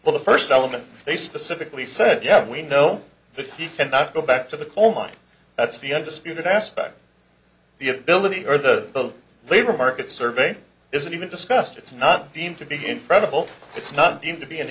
well the first element they specifically said yeah we know that he cannot go back to the coal mine that's the undisputed aspect the ability or the labor market survey isn't even discussed it's not deemed to be incredible it's not deemed to be an